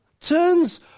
turns